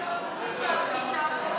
את הנושא